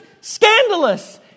scandalous